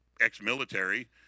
ex-military